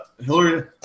hillary